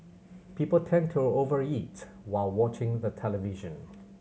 people tend to over eat while watching the television